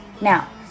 Now